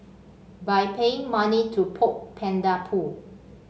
by paying money to poke panda poo